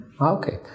Okay